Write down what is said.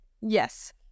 yes